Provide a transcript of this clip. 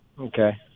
Okay